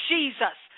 Jesus